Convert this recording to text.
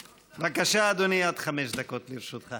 בבקשה, אדוני, עד חמש דקות לרשותך.